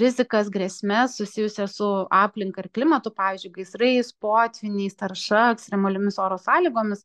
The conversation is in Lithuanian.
rizikas grėsmes susijusias su aplinka ir klimatu pavyzdžiui gaisrais potvyniais tarša ekstremaliomis oro sąlygomis